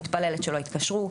מתפללת שלא יתקשרו,